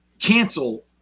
Cancel